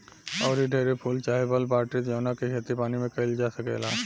आऊरी ढेरे फूल चाहे फल बाटे जावना के खेती पानी में काईल जा सकेला